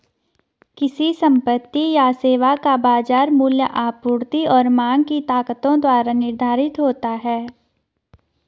किसी संपत्ति या सेवा का बाजार मूल्य आपूर्ति और मांग की ताकतों द्वारा निर्धारित होता है